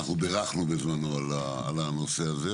אנחנו ברכנו בזמנו על הנושא הזה,